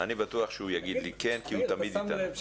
אתה שם לב,